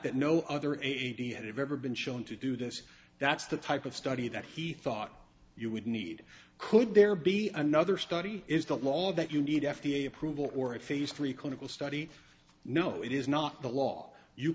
that no other eighty had ever been shown to do this that's the type of study that he thought you would need could there be another study is the law that you need f d a approval or a phase three clinical study no it is not the law you